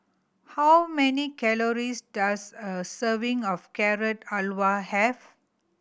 how many calories does a serving of Carrot Halwa have